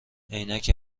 عینک